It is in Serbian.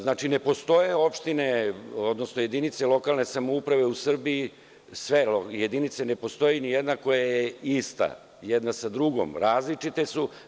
Znači, ne postoje opštine, odnosno jedinice lokalne samouprave u Srbiji, ne postoji nijedna koja je ista jedna sa drugom, različite su.